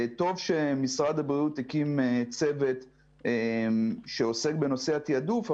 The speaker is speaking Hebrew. טוב שמשרד הבריאות הקים צוות שעוסק בנושא התעדוף,